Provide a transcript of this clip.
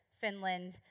Finland